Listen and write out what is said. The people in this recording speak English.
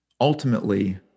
Ultimately